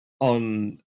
on